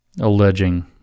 alleging